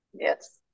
Yes